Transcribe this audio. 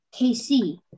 KC